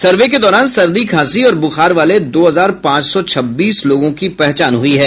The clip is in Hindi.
सर्वे के दौरान सर्दी खांसी और बुखार वाले दो हजार पांच सौ छब्बीस लोगों की पहचान हुई है